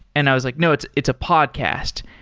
and i was like, no, it's it's a podcast,